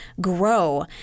grow